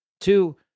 Two